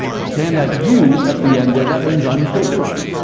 okay, and that u at the end there, that means unfavorable.